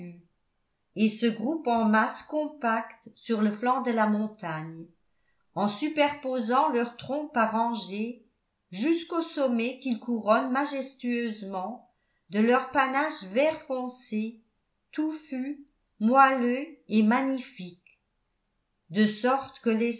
et se groupent en masses compactes sur le flanc de la montagne en superposant leurs troncs par rangées jusqu'au sommet qu'ils couronnent majestueusement de leurs panaches vert foncé touffus moelleux et magnifiques de sorte que